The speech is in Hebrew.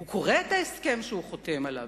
הוא קורא את ההסכם שהוא חותם עליו.